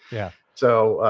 yeah. so,